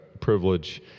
privilege